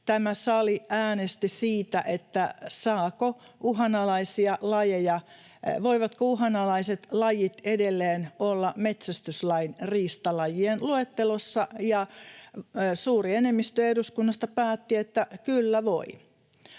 tämä sali äänesti siitä, voivatko uhanalaiset lajit edelleen olla metsästyslain riistalajien luettelossa, ja suuri enemmistö eduskunnasta päätti, että kyllä voivat.